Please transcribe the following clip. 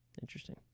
Interesting